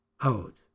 out